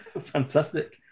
Fantastic